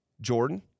Jordan